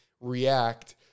react